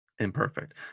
imperfect